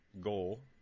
goal